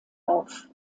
auf